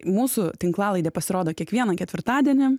mūsų tinklalaidė pasirodo kiekvieną ketvirtadienį